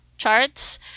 charts